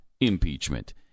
impeachment